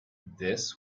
this